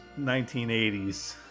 1980s